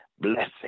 blessing